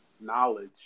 knowledge